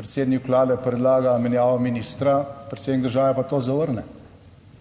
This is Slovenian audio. predsednik vlade predlaga menjavo ministra, predsednik države pa to zavrne.